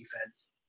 defense